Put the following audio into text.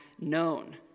known